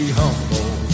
humble